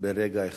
ברגע אחד.